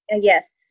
Yes